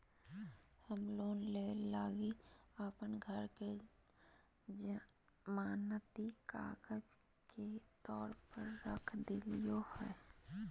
हम लोन लगी अप्पन घर के जमानती कागजात के तौर पर रख देलिओ हें